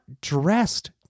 dressed